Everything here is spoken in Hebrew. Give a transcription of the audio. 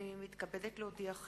הנני מתכבדת להודיעכם,